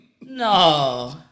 No